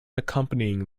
accompanying